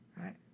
right